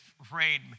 afraid